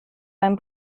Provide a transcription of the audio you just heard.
beim